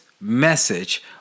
message